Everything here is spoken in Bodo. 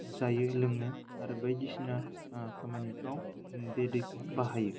जायो लोङो आरो बायदिसिना खामानिफ्राव बे दैखौ बाहायो